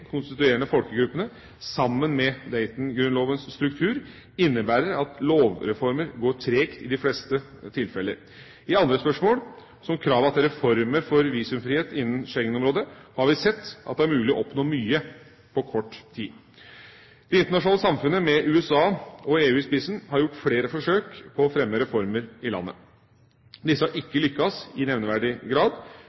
konstituerende folkegruppene, sammen med Dayton-grunnlovens struktur, innebærer at lovreformer går tregt i de fleste tilfeller. I andre spørsmål, som kravene til reformer for visumfrihet innen Schengen-området, har vi sett at det er mulig å oppnå mye på kort tid. Det internasjonale samfunnet, med USA og EU i spissen, har gjort flere forsøk på å fremme reformer i landet. Disse har